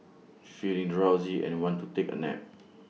feeling drowsy and want to take A nap